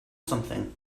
something